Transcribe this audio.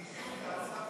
עטאונה.